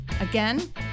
Again